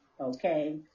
Okay